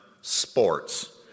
sports